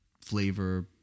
flavor